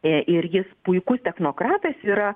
ir jis puikus technokratas yra